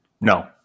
No